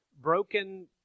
broken